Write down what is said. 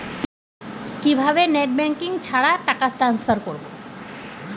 কিভাবে net banking ছাড়া টাকা টান্সফার করব?